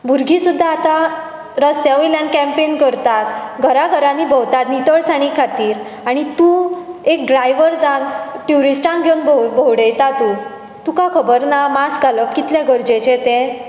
भुरगी सुद्धा आतां रस्त्या वयल्यान कँपेंग करतात घरां घरांनी भोंवतात नितळसाणे खातीर आनी तूं एक ड्रायव्हर जावन टुरिस्टांक घेव घेवन भोव भोवडांयता तूं तुका खबर ना मास्क घालप कितलें गरजेचे तें